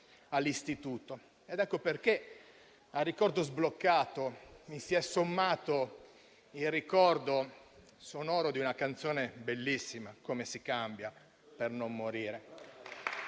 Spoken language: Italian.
all'istituto». Ecco perché al ricordo sbloccato si è aggiunto il ricordo sonoro di una canzone bellissima che dice: «Come si cambia, per non morire».